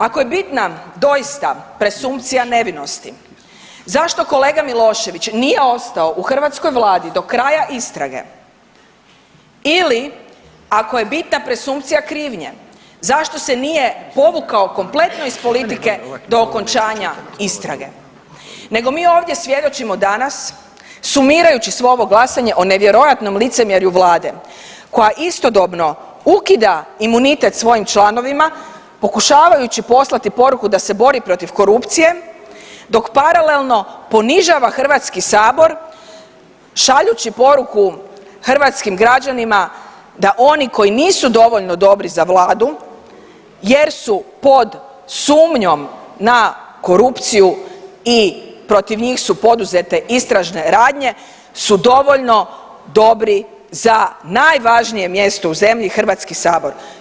Ako je bitna doista presumpcija nevinosti zašto kolega Milošević nije ostao u hrvatskoj Vladi do kraja istrage ili ako je bitna presumpcija krivnje zašto se nije povukao kompletno iz politike do okončanja istrage, nego mi ovdje svjedočimo danas sumirajući svo ovo glasanje o nevjerojatnom licemjerju Vlade koja istodobno ukida imunitet svojim članovima pokušavajući poslati poruku da se bori protiv korupcije dok paralelno ponižava Hrvatski sabor šaljući poruku hrvatskim građanima da oni koji nisu dovoljno dobri za Vladu jer su pod sumnjom na korupciju i protiv njih su poduzete istražne radnje su dovoljno dobri za najvažnije mjesto u zemlji Hrvatski sabor.